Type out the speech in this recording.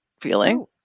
feeling